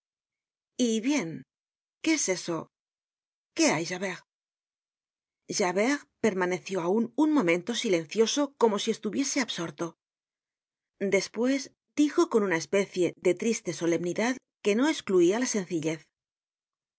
y bien qué es eso que hay javert javert permaneció aun un momento silencioso como si estuviese absorto despues dijo con una especie de triste solemnidad que no escluia la sencillez hay